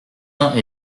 uns